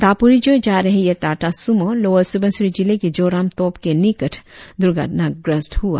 दापोरिजो जा रहे यह टाटा सुमो लोअर सुबनसिरि जिले के जोराम तोप के निकट दूर्घटनाग्रस्त हुआ